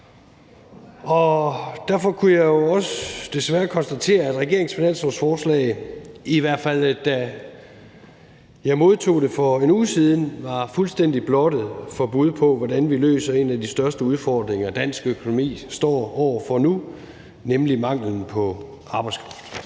derfor kunne jeg desværre også konstatere, at regeringens finanslovsforslag, i hvert fald da jeg modtog det for en uge siden, var fuldstændig blottet for bud på, hvordan vi løser en af de største udfordringer, dansk økonomi står over for nu, nemlig manglen på arbejdskraft.